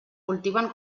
cultiven